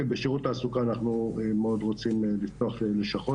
בשירות התעסוקה אנחנו מאוד רוצים לפתוח לשכות